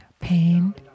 pain